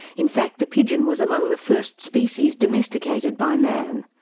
in fact the pigeon was among the first species domesticated by man.